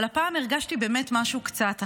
אבל הפעם הרגשתי באמת משהו קצת אחר.